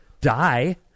die